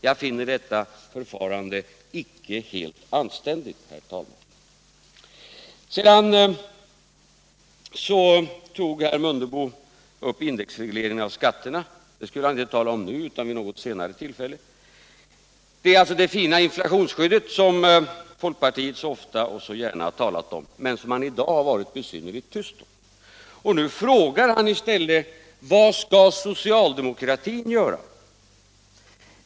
Jag finner detta förfarande icke helt anständigt, herr talman. Herr Mundebo tog sedan upp indexreglering av skatterna. Det skulle han inte tala om nu utan vid något senare tillfälle. Det är alltså det fina inflationsskyddet som folkpartiet så ofta och så gärna har talat om, men som man i dag har varit besynnerligt tyst om. Och nu frågar han i stället: Vad skall socialdemokratin göra?